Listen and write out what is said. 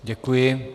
Děkuji.